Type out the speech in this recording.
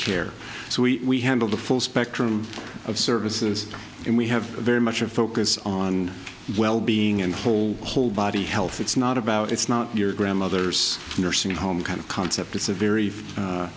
care so we handle the full spectrum of services and we have very much a focus on wellbeing and whole whole body health it's not about it's not your grandmother's nursing home kind of concept it's a very